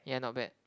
yeah not bad